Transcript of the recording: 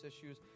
issues